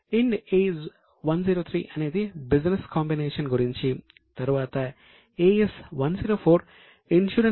Ind AS 103 అనేది business combination గురించి చెబుతాయి